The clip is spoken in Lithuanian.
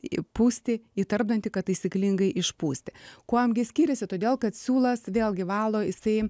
įpūsti į tarpdantį kad taisyklingai išpūsti kuom gi skiriasi todėl kad siūlas vėlgi valo jisai